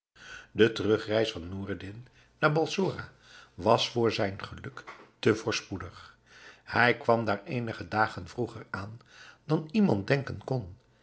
de terugreis van noureddin naar balsora was voor zijn geluk te voorspoedig hij kwam daar eenige dagen vroeger aan dan iemand denken kon